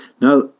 Now